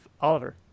Oliver